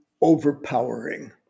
overpowering